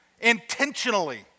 intentionally